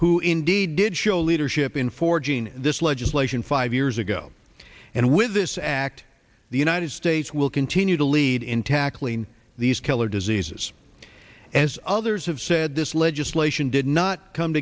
who indeed did show leadership in forging this legislation five years ago and with this act the united states will continue to lead in tackling these killer diseases as others have said this legislation did not come